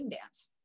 dance